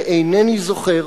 ואינני זוכר,